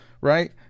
Right